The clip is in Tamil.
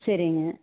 சரிங்க